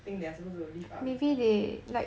I think they are supposed to lift up the stuff